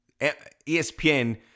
ESPN